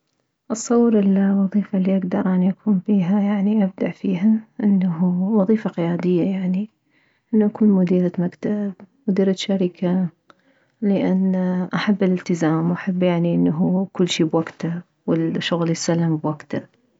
اتصور الوظيفة اللي اكدر اني اكون فيها يعني ابدع بيها انه وظيفة قيادية يعني انه اكون مديرة مكتب مديرة شركة لان احب الالتزام واحب يعني انه كلشي بوكته وانه الشغل يتسلم بوكته